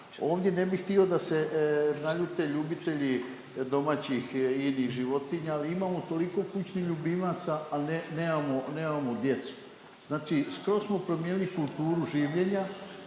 Ovdje ne bih htio da se naljute ljubitelji domaćih i inih životinja, ali imamo toliko kućnih ljubimaca, a nemamo djecu. Znači skroz smo promijenili kulturu življenja